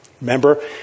Remember